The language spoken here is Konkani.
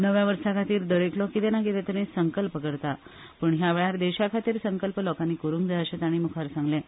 नव्या वर्सा खातीर दरेकलो कितें ना कितें तरी संकल्प करपा पूण ह्या वेळार देशा खातीर संकल्प लोकांनी करूंक जाय अशें तांणी मुखार सांगलें